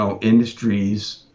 industries